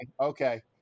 okay